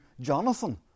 Jonathan